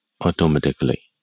automatically